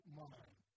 mind